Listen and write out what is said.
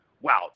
wow